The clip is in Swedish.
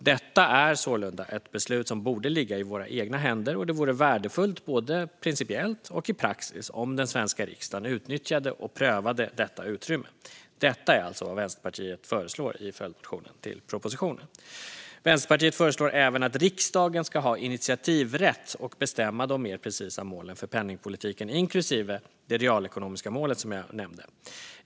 Detta är sålunda ett beslut som borde ligga i våra egna händer, och det vore värdefullt både principiellt och i praxis om den svenska riksdagen utnyttjade och prövade detta utrymme. Detta är alltså vad Vänsterpartiet föreslår i följdmotionen till propositionen. Vänsterpartiet föreslår även att riksdagen ska ha initiativrätt och bestämma de mer precisa målen för penningpolitiken, inklusive det realekonomiska målet, som jag nämnde.